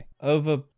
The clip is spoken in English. Over